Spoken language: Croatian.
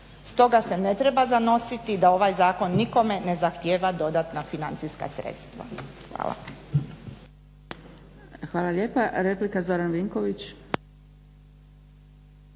Stoga se ne treba zanositi da ovaj zakon nikome ne zahtijeva dodatna financijska sredstva. Hvala.